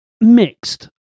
mixed